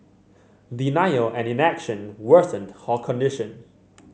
denial and inaction worsened her condition